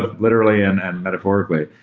ah literally and and metaphorically,